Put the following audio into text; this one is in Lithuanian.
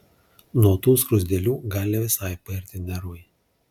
nuo tų skruzdėlių gali visai pairti nervai